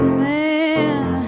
man